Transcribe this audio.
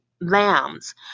lambs